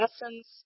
lessons